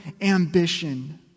ambition